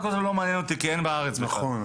אקוואטלון לא מעניין אותי כי אין בארץ אבל שחייה,